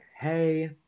Hey